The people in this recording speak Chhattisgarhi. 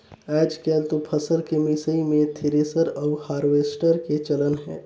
आयज कायल तो फसल के मिसई मे थेरेसर अउ हारवेस्टर के चलन हे